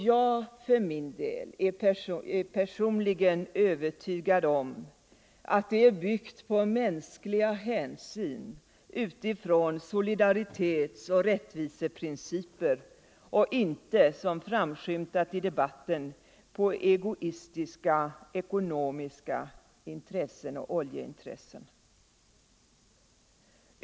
Jag är personligen övertygad om att det är byggt på mänskliga hänsyn utifrån solidaritetsoch rättviseprinciper och inte — som framskymtat i debatten — på egoistiska ekonomiska intressen och oljeintressen.